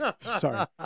sorry